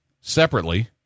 separately